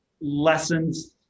lessons